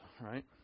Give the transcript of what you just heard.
right